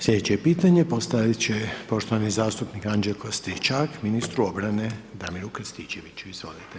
Slijedeće pitanje postavit će poštovani zastupnik Anđelko Stričak ministru obrane Damiru Krstičeviću, izvolite.